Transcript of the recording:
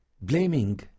Blaming